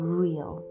real